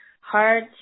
hard